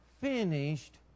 finished